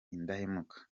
indahemuka